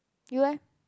you leh